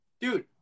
Dude